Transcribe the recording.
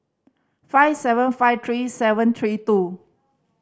five seven five three seven three two